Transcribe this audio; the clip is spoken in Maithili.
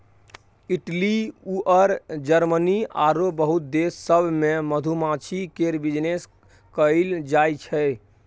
इटली अउर जरमनी आरो बहुते देश सब मे मधुमाछी केर बिजनेस कएल जाइ छै